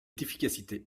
d’efficacité